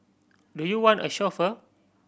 do you want a chauffeur